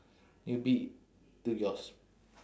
newbie to your s~